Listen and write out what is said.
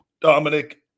Dominic